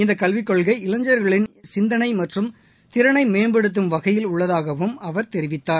இந்த கல்விக் கொள்கை இளைஞர்கள் சிந்தளை மற்றும் திறளை மேம்படுத்தும் வகையில் உள்ளதாகவும் அவர் தெரிவித்தார்